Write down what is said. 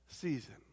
season